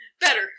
better